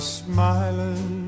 smiling